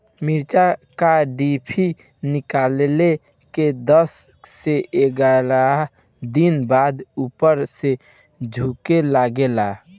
मिरचा क डिभी निकलले के दस से एग्यारह दिन बाद उपर से झुके लागेला?